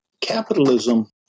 capitalism